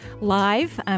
live